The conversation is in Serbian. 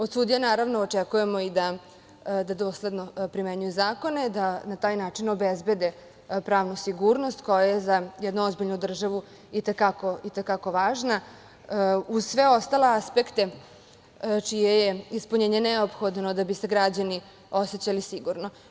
Od sudija naravno očekujemo i da dosledno primenjuju zakone, da na taj način obezbede pravnu sigurnost, koja je za jednu ozbiljnu državu i te kako važna, uz sve ostale aspekte čije je ispunjenje neophodno da bi se građani osećali sigurno.